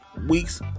week's